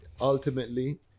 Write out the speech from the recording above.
ultimately